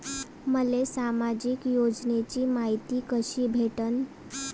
मले सामाजिक योजनेची मायती कशी भेटन?